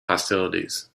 hostilities